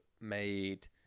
made